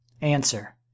Answer